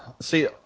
see